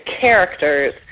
characters